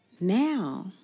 now